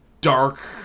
dark